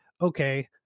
okay